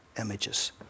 images